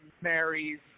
Mary's